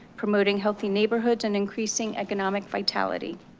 promoting healthy neighborhoods and increasing economic vitality.